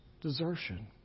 desertion